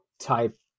type